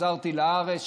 חזרתי לארץ,